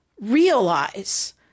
realize